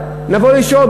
לבוא לשאול,